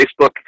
Facebook